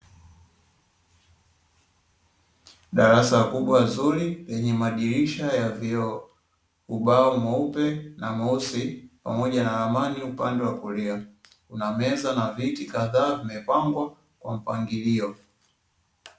Darasa kubwa zuri lenye mdirisha ya vioo, ubao mweupe na mweusi, pamoja na ramani upande wa kulia, kuna meza na viti kadhaa vimepangwa kwa mpangilio.